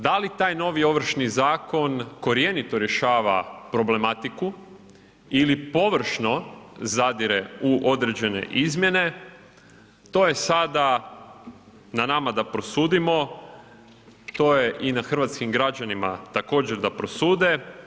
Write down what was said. Da li taj novi Ovršni zakon korjenito rješava problematiku ili površno zadire u određene izmjene to je sada na nama da prosudimo, to je i na hrvatskim građanima također da prosude.